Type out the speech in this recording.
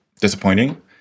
disappointing